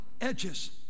edges